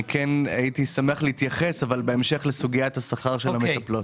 אני כן הייתי שמח להתייחס אבל בהמשך לסוגיית השכר של המטפלות.